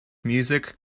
music